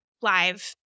live